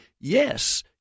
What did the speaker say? yes